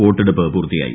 വോട്ടെടുപ്പ് പൂർത്തിയ്യായി